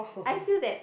I feel that